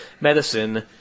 medicine